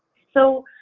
so,